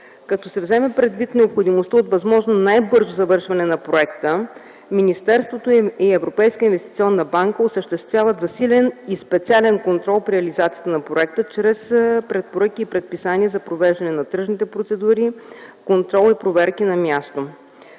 Като се вземе предвид необходимостта от възможно най-бързо завършване на проекта, министерството и Европейската инвестиционна банка осъществяват засилен и специален контрол в реализацията на проекта чрез препоръки и предписания за провеждане на тръжните процедури, контрол и проверки на място.